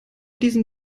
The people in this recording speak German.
diesem